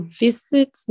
visit